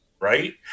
right